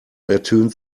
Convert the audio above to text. ertönt